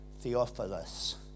Theophilus